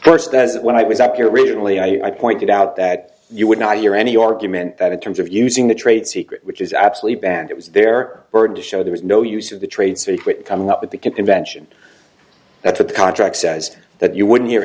first that's when i was up here originally i pointed out that you would not hear any argument that in terms of using the trade secret which is absolutely banned it was their word to show there is no use of the trade secret coming up at the convention that the contract says that you wouldn't hear